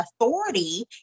authority